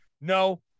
No